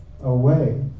away